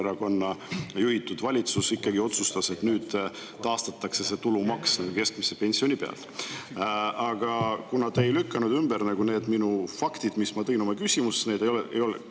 Reformierakonna juhitud valitsus ikkagi otsustas, et nüüd taastatakse see tulumaks keskmise pensioni pealt. Aga kuna te ei lükanud ümber neid minu [esitatud] fakte, mis ma tõin oma küsimuses – neid ei olegi